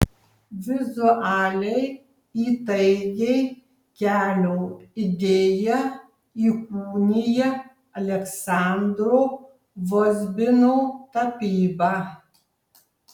vizualiai įtaigiai kelio idėją įkūnija aleksandro vozbino tapyba